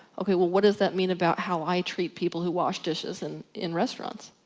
ok well what does that mean about how i treat people who wash dishes and in restaurants?